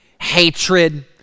hatred